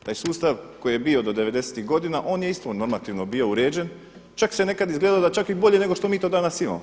Taj sustav koji je bio do devedesetih godina on je isto bio normativno uređen, čak je nekada izgledalo da je čak bolje nego što mi to danas imamo.